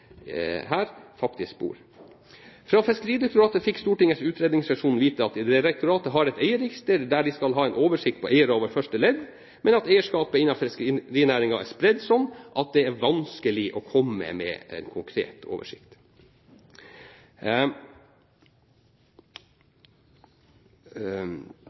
her, faktisk bor. Fra Fiskeridirektoratet fikk Stortingets utredningsseksjon vite at direktoratet har et eierregister der de skal ha en oversikt over eiere i første ledd, men at eierskapet innenfor fiskerinæringen er spredt sånn at det er vanskelig å komme med en konkret oversikt.